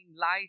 life